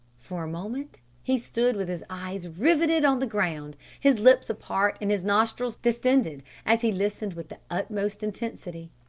for a moment he stood with his eyes rivetted on the ground, his lips apart and his nostrils distended, as he listened with the utmost intensity.